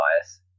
bias